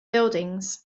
buildings